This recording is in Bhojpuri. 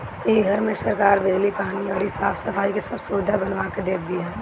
इ घर में सरकार बिजली, पानी अउरी साफ सफाई के सब सुबिधा बनवा के देत बिया